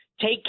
Take